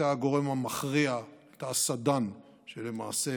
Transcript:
הייתה הגורם המכריע, הייתה הסדן שלמעשה